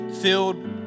filled